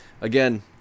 again